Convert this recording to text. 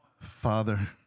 Father